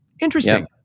interesting